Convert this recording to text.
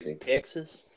Texas